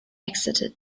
exited